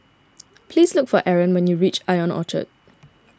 please look for Aron when you reach Ion Orchard